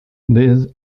these